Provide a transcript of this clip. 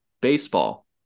baseball